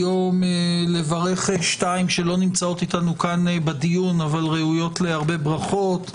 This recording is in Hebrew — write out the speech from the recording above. היום לברך שתיים שלא נמצאות אתנו כאן בדיון אבל ראויות להרבה ברכות.